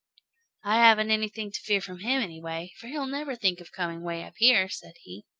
i haven't anything to fear from him, anyway, for he'll never think of coming way up here, said he.